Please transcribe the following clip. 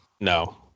No